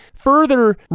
further